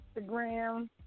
Instagram